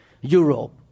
Europe